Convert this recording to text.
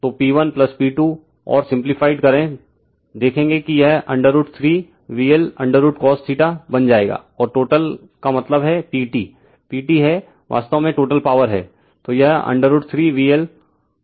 तो P1P2 और simplified करे देखेंगे कि यह √3 VL√cos बन जाएगा और टोटल का अर्थ है PT PT है वास्तव में टोटल पॉवर है